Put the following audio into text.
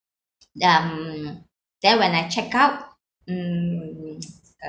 um then when I checked out mm uh